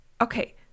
Okay